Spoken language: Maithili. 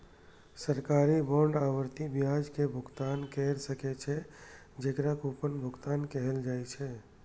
सरकारी बांड आवर्ती ब्याज के भुगतान कैर सकै छै, जेकरा कूपन भुगतान कहल जाइ छै